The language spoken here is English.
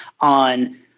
on